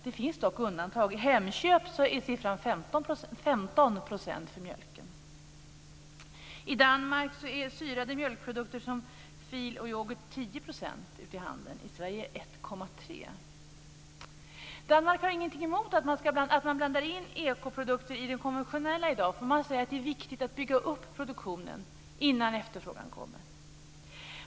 Det finns dock undantag: i Hemköp är det 15 % för mjölken. I Danmark är 10 % av syrade mjölkprodukter som fil och yoghurt ekologiska ute i handeln och i Sverige 1,3 %. Danmark har ingenting emot att man blandar in ekoprodukter i den konventionella produktionen; man menar att det är viktigt att bygga upp produktionen innan efterfrågan kommer.